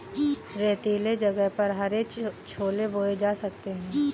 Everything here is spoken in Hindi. रेतीले जगह पर हरे छोले बोए जा सकते हैं